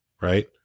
right